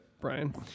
Brian